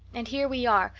and here we are,